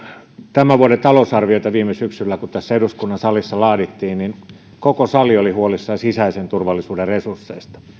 tämän vuoden talousarviota viime syksynä kun tässä eduskunnan salissa laadittiin koko sali oli huolissaan sisäisen turvallisuuden resursseista